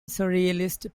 surrealist